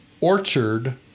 Orchard